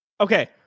Okay